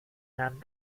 werden